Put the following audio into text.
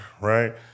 right